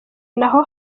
naho